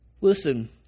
Listen